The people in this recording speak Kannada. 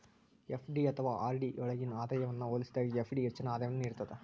ಎಫ್.ಡಿ ಅಥವಾ ಆರ್.ಡಿ ಯೊಳ್ಗಿನ ಆದಾಯವನ್ನ ಹೋಲಿಸಿದಾಗ ಎಫ್.ಡಿ ಹೆಚ್ಚಿನ ಆದಾಯವನ್ನು ನೇಡ್ತದ